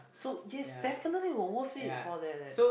so yes definitely will worth it for that that